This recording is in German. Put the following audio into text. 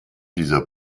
dieser